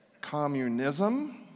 Communism